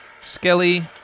Skelly